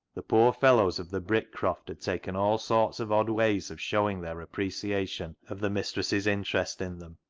the poor fellows of the brick-croft had taken all sorts of odd ways of showing their appreciation of the mistress's interest in them,